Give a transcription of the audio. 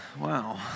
Wow